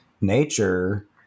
nature